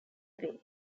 bay